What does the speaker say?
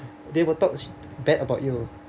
they will talk bad about you